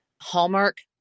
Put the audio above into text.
Hallmark